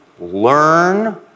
learn